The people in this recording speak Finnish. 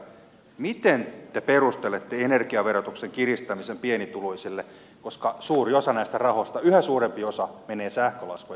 miten te perustelette energiaverotuksen kiristämisen pienituloisille koska suuri osa näistä rahoista yhä suurempi osa menee sähkölaskujen maksamiseen